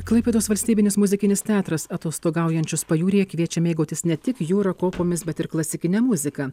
klaipėdos valstybinis muzikinis teatras atostogaujančius pajūryje kviečia mėgautis ne tik jūra kopomis bet ir klasikine muzika